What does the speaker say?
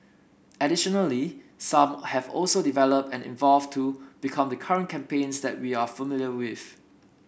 additionally some have also developed and evolved to become the current campaigns that we are familiar with